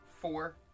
four